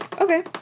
Okay